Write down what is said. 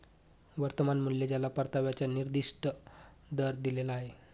वर्तमान मूल्य ज्याला परताव्याचा निर्दिष्ट दर दिलेला आहे